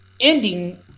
ending